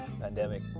pandemic